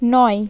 নয়